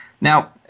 Now